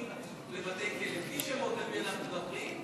בלי שמות, מישהו שהכניס טלפונים לבתי כלא.